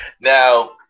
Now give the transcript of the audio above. Now